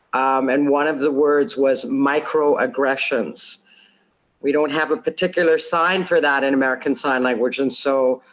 um and one of the words was microaggressions. we don't have a particular sign for that in american sign language. and so,